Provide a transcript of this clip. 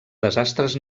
desastres